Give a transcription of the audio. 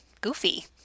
goofy